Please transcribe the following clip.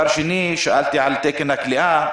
שנית, שאלתי על תקן הכליאה.